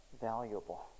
valuable